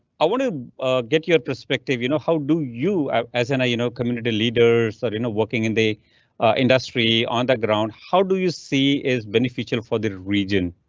ah want to get your perspective? you know how do you as and you know community leaders are in a working in the industry on the ground? how do you see is beneficial for the region?